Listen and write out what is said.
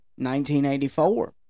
1984